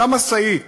אותה משאית